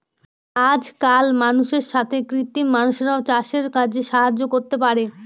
আজকাল মানুষের সাথে কৃত্রিম মানুষরাও চাষের কাজে সাহায্য করতে পারে